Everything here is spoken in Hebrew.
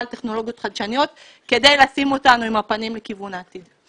טכנולוגיות חדשניות כדי לשים אותנו עם הפנים לכיוון העתיד.